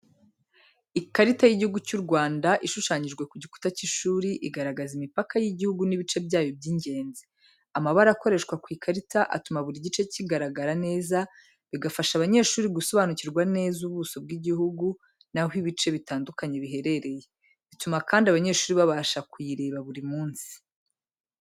Ikarita y'igihugu cy'u Rwanda ishushanyijwe ku gikuta cy'ishuri igaragaza imipaka y'igihugu n'ibice byacyo by'ingenzi. Amabara akoreshwa ku ikarita atuma buri gice kigaragara neza, bigafasha abanyeshuri gusobanukirwa neza ubuso bw'igihugu n'aho ibice bitandukanye biherereye. Bituma kandi abanyeshuri babasha kuyireba buri munsi.